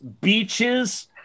Beaches